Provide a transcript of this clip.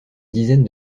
dizaine